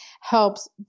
helps